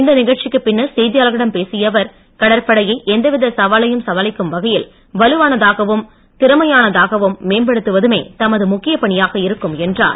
இந்த நிகழ்ச்சிக்கு பின்னர் செய்தியாளர்களிடம் பேசிய அவர் கடற்படையை எந்தவித சவாலையும் சமாளிக்கும் வகையில் வலுவானதாகவும் திறமையானதாகவும் மேம்படுத்துவதுமே தமது முக்கிய பணியாக இருக்கும் என்றார்